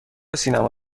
سینما